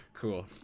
cool